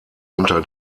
unter